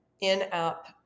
in-app